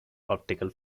optical